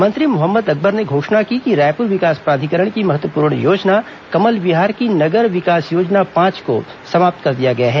मंत्री मोहम्मद अकबर ने घोषणा की कि रायपुर विकास प्राधिकरण की महत्वपूर्ण योजना कमल विहार की नगर विकास योजना पांच को समाप्त कर दिया गया है